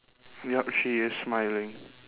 yup she is smiling